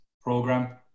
program